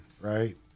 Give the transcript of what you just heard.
right